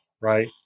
right